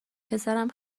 پسرم